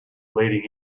leading